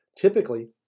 Typically